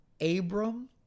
Abram